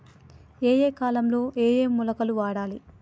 ఏయే కాలంలో ఏయే మొలకలు వాడాలి?